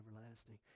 everlasting